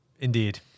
Indeed